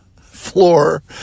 floor